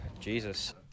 Jesus